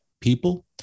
people